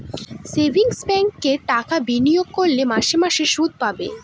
savings ব্যাঙ্কে টাকা বিনিয়োগ করলে মাসে মাসে শুদ পাবে